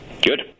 Good